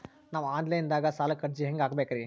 ನಾವು online ದಾಗ ಸಾಲಕ್ಕ ಅರ್ಜಿ ಹೆಂಗ ಹಾಕಬೇಕ್ರಿ?